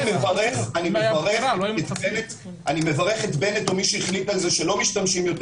אני מברך את בנט או מי שהחליט על זה שלא משתמשים יותר